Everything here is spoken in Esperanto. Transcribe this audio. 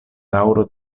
daŭro